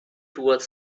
toward